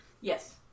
Yes